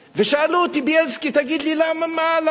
שאלו אותי: בילסקי, תגיד לי, למה מה.